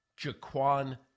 Jaquan